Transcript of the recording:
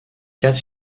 quatre